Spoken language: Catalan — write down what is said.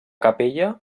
capella